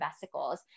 vesicles